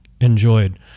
enjoyed